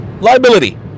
Liability